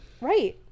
right